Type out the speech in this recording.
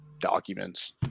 documents